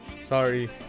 Sorry